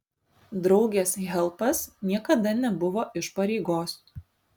draugės helpas niekada nebuvo iš pareigos